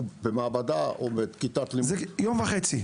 זה יום וחצי.